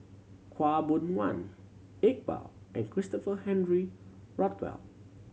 Khaw Boon Wan Iqbal and Christopher Henry Rothwell